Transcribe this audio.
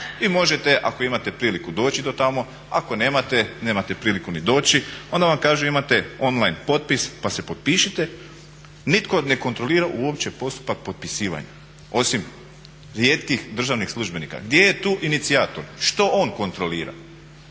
Vi možete ako imate priliku doći do tamo, ako nemate, nemate priliku ni doći, onda vam kažu imate online potpis pa se potpišite. Nitko ne kontrolira uopće postupak potpisivanja osim rijetkih državnih službenika. Gdje je tu inicijator? Što on kontrolira?